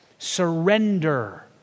surrender